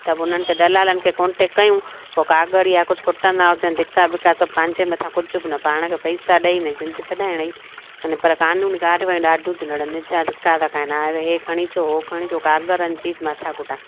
त बि उन्हनि खे दलालनि खे कॉन्टेक्ट कयूं पोइ काग़र या कुझु खुटंदा हुजनि धिक्का विक्का सभु पंहिंजे मथां कुझु बि न पाण खे पैसा ॾेई न जिंद छॾाइणु आहिनि पर कानूनी गार्ड वारियूं ॾाढो थी लड़नि निॼा धिक्का था खाइनि हाणे हे खणी अचो हो खणी अचो काग़रनि जी ज माथा कुटा